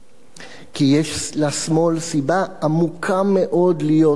כי יש לשמאל סיבה עמוקה מאוד להיות מודאג.